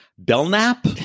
Belknap